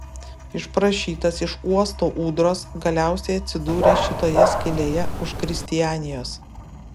išprašytas iš uosto ūdros galiausiai atsidūrė šitoje skylėje už kristianijos